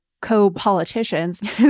co-politicians